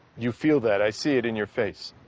you feel that. i see it in your face.